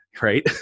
right